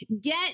get